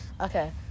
Okay